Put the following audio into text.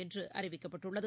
என்றுஅறிவிக்கப்பட்டுள்ளது